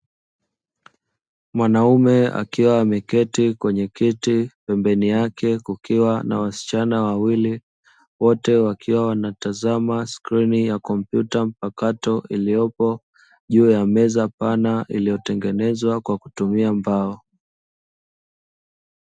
Mwanaume akiwa ameketi kwenye kiti pembeni yake kukiwa na wasichana wawili, wote wakiwa wanatazama skrini ya kompyuta mpakato, iliyopo juu ya meza pana iliyotengenezwa kwa kutumia mbao.